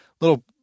little